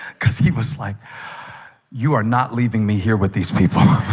cuz he was like you are not leaving me here with these people